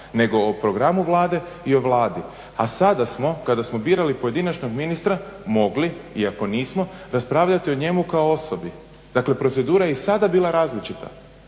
nego o programu Vlade i o Vladi, a sada smo kada smo birali pojedinačnog ministra mogli iako nismo raspravljati o njemu kao o osobi. Dakle procedura je i sada bila različita,